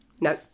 No